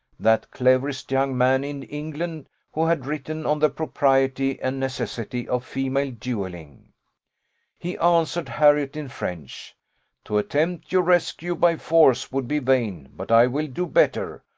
that cleverest young man in england who had written on the propriety and necessity of female duelling he answered harriot in french to attempt your rescue by force would be vain but i will do better,